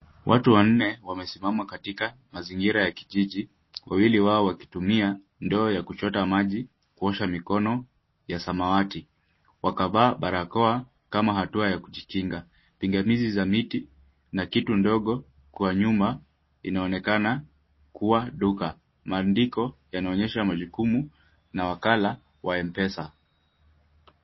Watu wanne wamesimama katika mazingira ya kijiji, wawili wao wakitumia ndoo ya kuchota maji, kuosha mikono ya samawati. Wakavaa barakoa kama hatua ya kujikinga. Pingamizi za miti na kitu ndogo kwa nyuma inaonekana kuwa duka. Maandiko yanaonyesha majukumu na wakala wa M-Pesa.